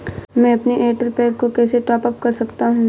मैं अपने Airtel pack को कैसे टॉप अप कर सकता हूँ?